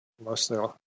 mostly